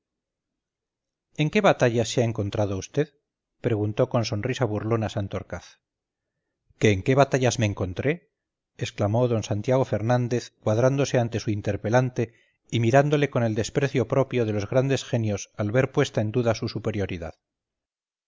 en qué batallas se ha encontrado vd preguntó con sonrisa burlona santorcaz que en qué batallas me encontré exclamó d santiago fernández cuadrándose ante su interpelante y mirándole con el desprecio propio de los grandes genios al ver puesta en duda su superioridad